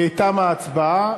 תמה ההצבעה.